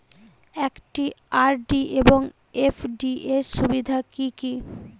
একটি আর.ডি এবং এফ.ডি এর সুবিধা কি কি?